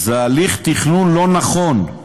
זה הליך תכנון לא נכון,